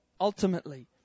ultimately